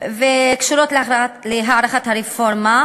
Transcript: וקשורים להערכת הרפורמה.